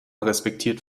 respektiert